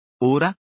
Ora